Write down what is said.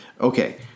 Okay